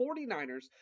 49ers